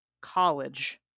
college